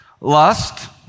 lust